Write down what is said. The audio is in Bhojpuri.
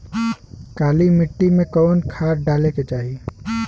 काली मिट्टी में कवन खाद डाले के चाही?